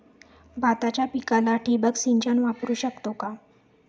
भाताच्या पिकाला ठिबक सिंचन वापरू शकतो का?